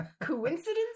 coincidence